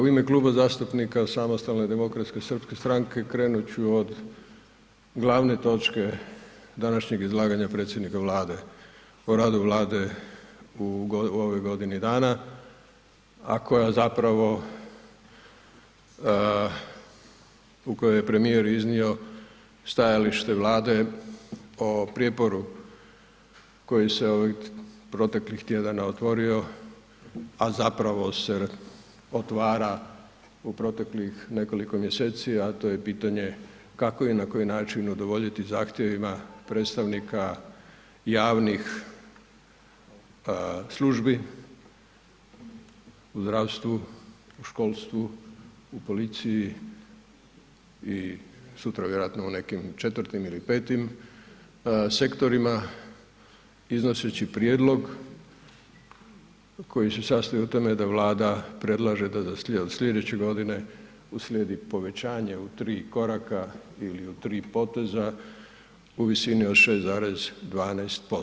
U ime Kluba zastupnika SDSS-a krenut ću od glavne točke današnjeg izlaganja predsjednika Vlade o radu Vlade u ovoj godini dana u kojoj je premijer iznio stajalište Vlade o prijeporu koji se proteklih tjedana otvorio, a zapravo se otvara u proteklih nekoliko mjeseci, a to je pitanje kako i na koji način udovoljiti zahtjevima predstavnika javnih službi u zdravstvu, u školstvu, u policiji i sutra vjerojatno u nekim četvrtim ili petim sektorima iznoseći prijedlog koji se sastoji u tome da Vlada predlaže da sljedeće godine uslijedi povećanje u tri koraka ili u tri poteza u visini od 6,12%